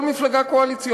ובכל מפלגה קואליציונית.